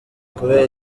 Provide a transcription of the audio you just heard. kubera